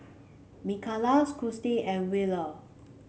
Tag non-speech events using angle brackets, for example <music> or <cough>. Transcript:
Mikala <unintelligible> and Wheeler